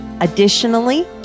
Additionally